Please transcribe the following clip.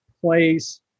place